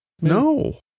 No